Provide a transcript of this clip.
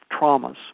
traumas